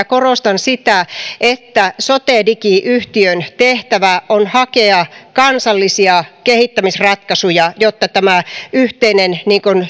korostan sitä että sotedigi yhtiön tehtävä on hakea kansallisia kehittämisratkaisuja jotta tämä yhteinen